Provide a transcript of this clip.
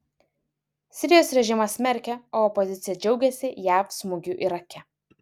sirijos režimas smerkia o opozicija džiaugiasi jav smūgiu irake